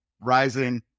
rising